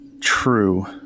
True